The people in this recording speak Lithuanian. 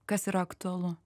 kas yra aktualu